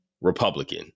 Republican